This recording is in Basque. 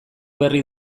berri